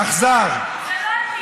אתה חצוף.